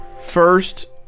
first